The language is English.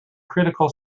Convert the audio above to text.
critical